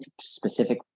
specific